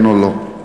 כן או לא,